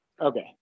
Okay